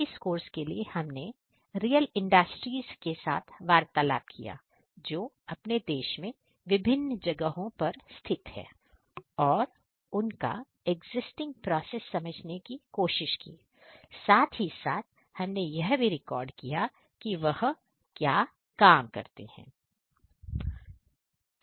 इस कोर्स के लिए हमने रियल इंडस्ट्रीज के साथ वार्तालाप किया जो अपने देश में विभिन्न जगहों पर स्थित है और उनका एक्जिस्टिंग प्रोसेस समझने की कोशिश की और साथ ही साथ में यह रिकॉर्ड किया कि वह क्या काम करते हैं